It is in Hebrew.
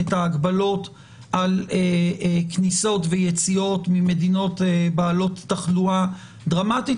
את ההגבלות על כניסות ויציאות ממדינות בעלות תחלואה דרמטית,